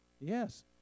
yes